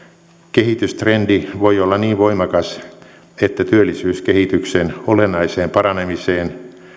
kehitystrendi voi olla niin voimakas että työllisyyskehityksen olennaiseen paranemiseen